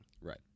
Right